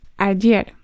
Ayer